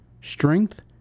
Strength